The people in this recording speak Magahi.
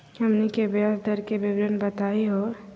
हमनी के ब्याज दर के विवरण बताही हो?